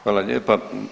Hvala lijepa.